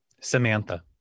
Samantha